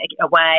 away